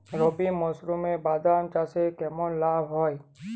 রবি মরশুমে বাদাম চাষে কেমন লাভ হয়?